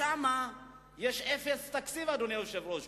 לשם יש אפס תקציב, אדוני היושב-ראש.